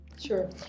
Sure